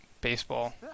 baseball